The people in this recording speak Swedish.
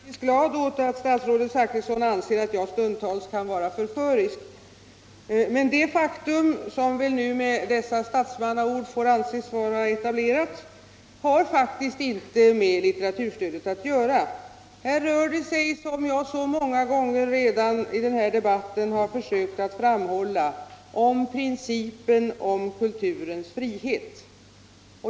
Herr talman! Jag är visserligen glad för att statsrådet Zachrisson anser att jag stundtals kan vara förförisk, men detta faktum - som med dessa statsmannaord väl nu får anses etablerat — har faktiskt inte med litteraturstödet att göra. Här rör det sig, som jag redan så många gånger tidigare i den här debatten har försökt framhålla, om principen om kulturens frihet.